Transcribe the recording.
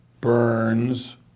Burns